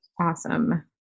Awesome